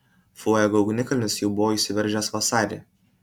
fuego ugnikalnis jau buvo išsiveržęs vasarį